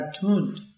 tuned